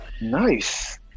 Nice